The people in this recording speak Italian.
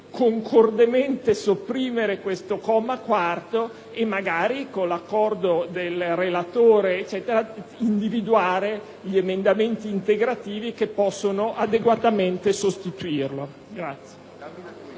concordemente il comma 4 e magari, con l'accordo del relatore, individuare gli emendamenti integrativi che possono adeguatamente sostituirlo.